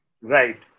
Right